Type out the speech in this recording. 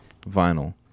vinyl